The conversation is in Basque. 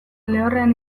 lehorrean